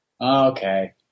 okay